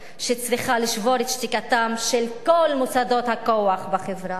היא שצריכה לשבור את שתיקתם של כל מוסדות הכוח בחברה.